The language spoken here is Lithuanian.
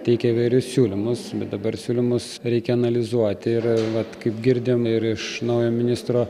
teikia įvairius siūlymus bet dabar siūlymus reikia analizuoti ir vat kaip girdim ir iš naujo ministro